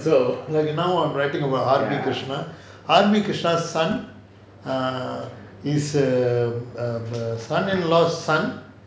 like now I am writing about R_B krishnan R_B krishnan son is a um um err son-in-law's son